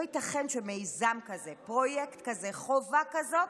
לא ייתכן שמיזם כזה, פרויקט כזה, חובה כזאת,